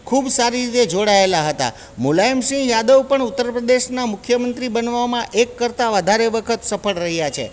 ખૂબ સારી રીતે જોડાએલા હતા મુલાયમ સિંહ યાદવ પણ ઉત્તર પ્રદેશના મુખ્ય મંત્રી બનવામાં એક કરતાં વધારે વખત સફળ રહ્યા છે